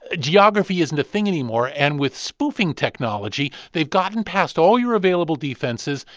ah geography isn't a thing anymore. and with spoofing technology, they've gotten past all your available defenses,